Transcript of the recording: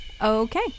Okay